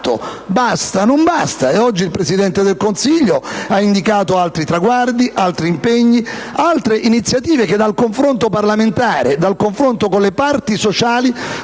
Basta? Non basta. E oggi il Presidente del Consiglio ha indicato altri traguardi, altri impegni, altre iniziative che dal confronto parlamentare e dal confronto con le parti sociali